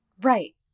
right